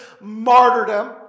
martyrdom